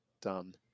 done